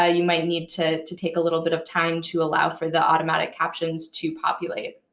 ah you might need to to take a little bit of time to allow for the automatic captions to populate.